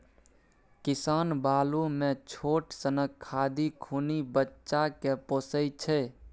किसान बालु मे छोट सनक खाधि खुनि बच्चा केँ पोसय छै